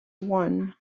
one